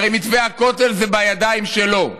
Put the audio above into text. הרי מתווה הכותל זה בידיים שלו.